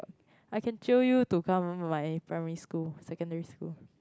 I can jio you to come my primary school secondary school